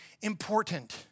important